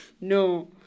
No